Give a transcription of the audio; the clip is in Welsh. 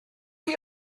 chi